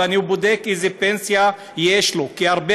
ואני בודק איזה פנסיה יש לו: יש הרבה